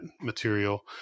material